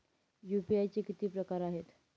UPI चे किती प्रकार आहेत?